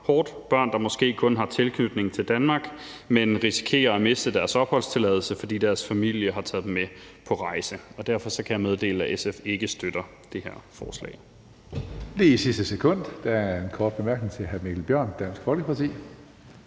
hårdt – børn, der måske kun har tilknytning til Danmark, men risikerer at miste deres opholdstilladelse, fordi deres familie har taget dem med på rejse. Derfor kan jeg meddele, at SF ikke støtter det her forslag. Kl. 16:36 Tredje næstformand (Karsten Hønge): Det var lige i sidste sekund. Der er en kort bemærkning til hr. Mikkel Bjørn, Dansk Folkeparti.